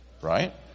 Right